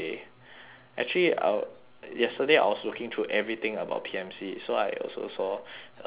actually I yesterday I was looking through everything about P_M_C so I also saw a picture